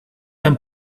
and